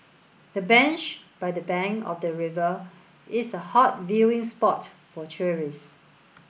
the bench by the bank of the river is a hot viewing spot for tourists